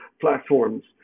platforms